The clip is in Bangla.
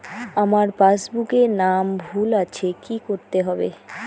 আমার পাসবুকে নাম ভুল আছে কি করতে হবে?